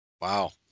Wow